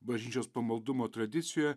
bažnyčios pamaldumo tradicijoje